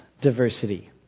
diversity